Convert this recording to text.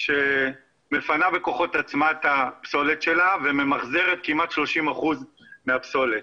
שמפנה בכוחות עצמה את הפסולת שלה וממחזרת כמעט 30% מהפסולת.